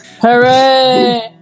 Hooray